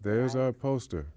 there's a poster